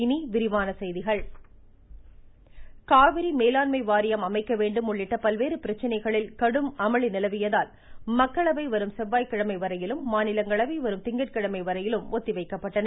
இனி விரிவான செய்திகள் நாடாளுமன்றம் காவிரி மேலாண்மை வாரியம் அமைக்க வேண்டும் உள்ளிட்ட பல்வேறு பிரச்சனைகளில் கடும் அமளி காரணமாக மக்களவை வரும் செவ்வாய்க்கிழமை வரையிலும் மாநிலங்களவை வரும் திங்கட்கிழமை வரையிலும் ஒத்தி வைக்கப்பட்டன